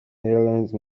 airlines